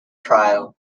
trial